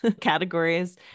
categories